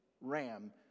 ram